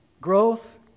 Growth